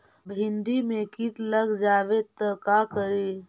भिन्डी मे किट लग जाबे त का करि?